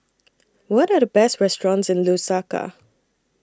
What Are The Best restaurants in Lusaka